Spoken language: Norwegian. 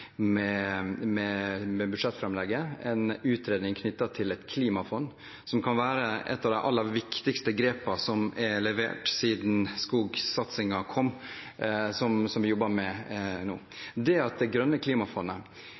en utredning knyttet til et klimafond, som kan være et av de aller viktigste grepene som er levert siden skogsatsingen kom, som vi jobber med nå. Det grønne klimafondet er ikke kuttet slik at det